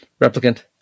Replicant